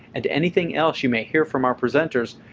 and anything else you may hear from our presenters,